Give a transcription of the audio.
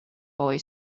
boy